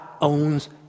owns